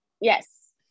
yes